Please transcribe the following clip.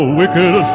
wicked